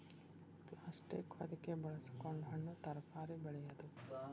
plastic ಹೊದಿಕೆ ಬಳಸಕೊಂಡ ಹಣ್ಣು ತರಕಾರಿ ಬೆಳೆಯುದು